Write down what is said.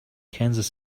kansas